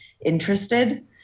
interested